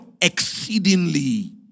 exceedingly